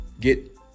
get